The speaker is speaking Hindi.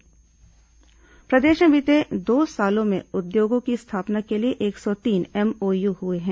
एमओयू प्रदेश में बीते दो सालों में उद्योगों की स्थापना के लिए एक सौ तीन एमओयू हुए हैं